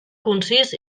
concís